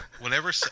whenever